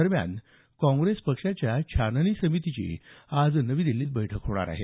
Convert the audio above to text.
दरम्यान काँग्रेस पक्षाच्या छाननी समितीची आज नवी दिछीत बैठक होणार आहे